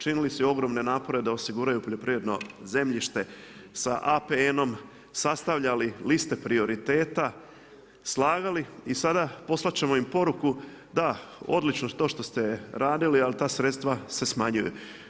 Činili su i ogromne napore da osiguraju poljoprivredno zemljište, sa APN-om sastavljali liste prioriteta, slagali i sada poslat ćemo im poruku da, odlično to što ste radili ali ta sredstva se smanjuju.